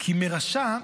כי רשע,